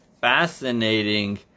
fascinating